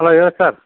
hello ಹೇಳಿ sir